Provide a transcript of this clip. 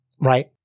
right